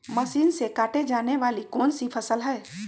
Machine से काटे जाने वाली कौन सी फसल है?